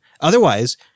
Otherwise